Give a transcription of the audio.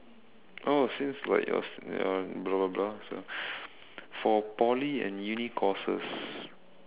oh since like your your blah blah blah so for Poly and uni courses